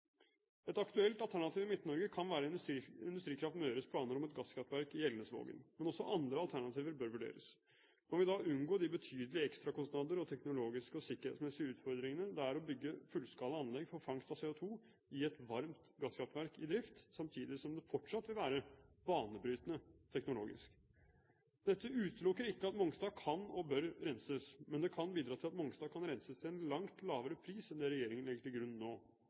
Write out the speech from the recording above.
Et aktuelt alternativ i Midt-Norge kan være Industrikraft Møres planer om et gasskraftverk i Elnesvågen, men også andre alternativer bør vurderes. Man vil da unngå de betydelige ekstrakostnader og teknologiske og sikkerhetsmessige utfordringene det er å bygge fullskala anlegg for fangst av CO2 i et «varmt» gasskraftverk i drift, samtidig som det fortsatt vil være banebrytende teknologisk. Dette utelukker ikke at Mongstad kan og bør renses, men det kan bidra til at Mongstad kan renses til en langt lavere pris enn det regjeringen legger til grunn nå.